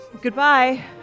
goodbye